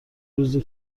روزه